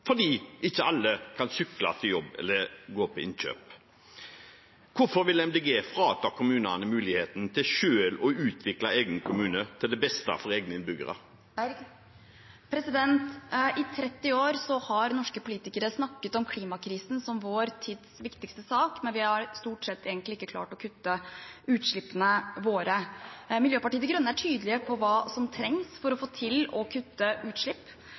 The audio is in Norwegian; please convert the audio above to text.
ikke alle kan sykle til jobben eller gå for å gjøre innkjøp. Hvorfor vil Miljøpartiet De Grønne frata kommunene muligheten til selv å utvikle egen kommune til det beste for egne innbyggere? I 30 år har norske politikere snakket om klimakrisen som vår tids viktigste sak, men stort sett har vi egentlig ikke klart å kutte utslippene våre. Miljøpartiet De Grønne er tydelig på hva som trengs for å få til å kutte utslipp.